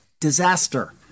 disaster